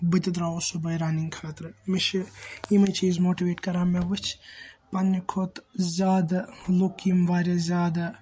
بہٕ تہِ دَراوُس صُبحٲے رننگ خٲطرٕ مےٚ چھ یِمَے چیز ماٹِویٹ کَران مےٚ وُچھ پَننہِ کھۄتہٕ زیادٕ لُکھ یِم واریاہ زیادٕ